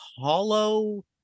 hollow